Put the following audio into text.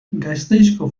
gasteizko